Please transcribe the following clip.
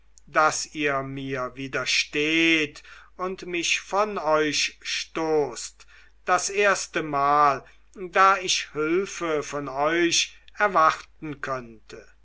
daß ihr mir widersteht und mich von euch stoßt das erstemal da ich hülfe von euch erwarten könnte